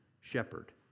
shepherd